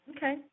Okay